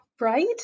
Right